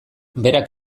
berak